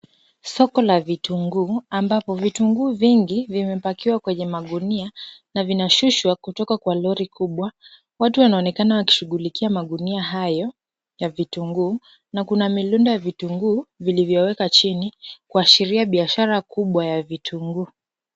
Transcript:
Soko la vitunguu ambapo vitunguu vingi vimepakiwa kwenye magunia na vinashushwa kutoka kwa lori kubwa. Watu wanaonekana wakishughulikia magunia hayo ya vitunguu na kuna milundo ya vitunguu vilivyowekwa chini kuashiria biashara kubwa ya vitunguu.